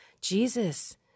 Jesus